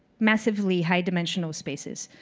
massively high dimensional spaces.